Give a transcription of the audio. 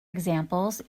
examples